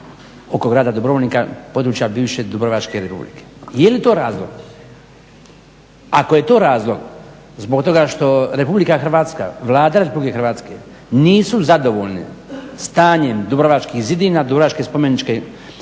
oko grada Dubrovnika, područja bivše Dubrovačke Republike. Je li to razlog? Ako je to razlog, zbog toga što RH, Vlada RH nisu zadovoljne stanjem dubrovačkih zidina, dubrovačke spomeničke